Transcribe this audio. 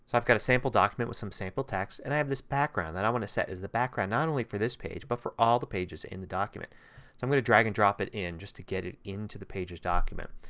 i've got a sample document with some sample text and i have this background that i want to set as the background, not only for this page, but for all the pages in the document. so i'm going to drag and drop it in just to get it into the pages document.